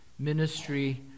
ministry